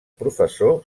professor